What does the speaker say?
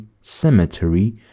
cemetery